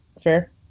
Fair